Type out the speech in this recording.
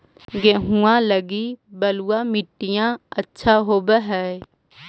गेहुआ लगी बलुआ मिट्टियां अच्छा होव हैं?